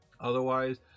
Otherwise